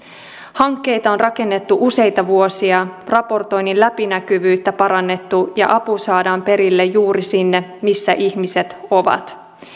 hankkeita on rakennettu useita vuosia raportoinnin läpinäkyvyyttä parannettu ja apu saadaan perille juuri sinne missä ihmiset ovat